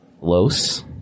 Los